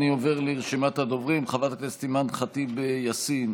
אני עובר לרשימת הדוברים: חברת הכנסת אימאן ח'טיב יאסין,